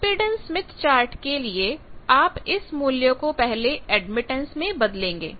impedance Smith chart के लिए आप इस मूल्य को पहले एडमिटेंस में बदलेंगे